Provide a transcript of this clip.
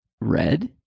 red